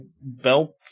belt